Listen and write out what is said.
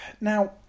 Now